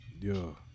Yo